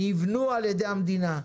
נבנו על ידי המדינה,